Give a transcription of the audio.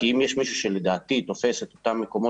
כי אם יש מישהו שלדעתי תופס את אותם מקומות